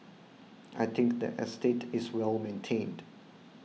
I think the estate is well maintained